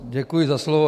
Děkuji za slovo.